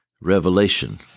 revelation